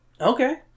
Okay